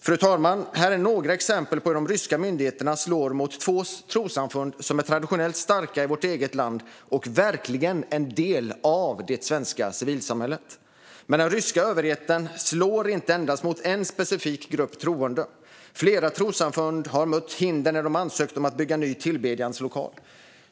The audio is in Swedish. Detta är några exempel på hur de ryska myndigheterna slår mot två trossamfund som är traditionellt starka i vårt eget land och verkligen en del av det svenska civilsamhället. Men den ryska överheten slår inte endast mot en specifik grupp troende. Flera trossamfund har mött hinder när de har ansökt om att få bygga en ny tillbedjanslokal.